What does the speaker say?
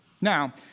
Now